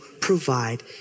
provide